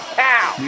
cow